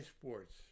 sports